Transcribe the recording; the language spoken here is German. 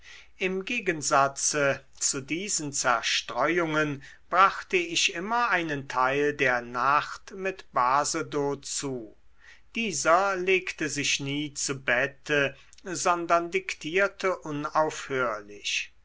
im gegensatze zu diesen zerstreuungen brachte ich immer einen teil der nacht mit basedow zu dieser legte sich nie zu bette sondern diktierte unaufhörlich